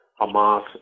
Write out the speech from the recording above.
Hamas